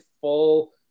full